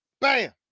bam